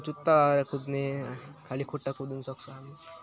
जुत्ता लाएर कुद्ने खाली खुट्टा कुद्नुसक्छ हामी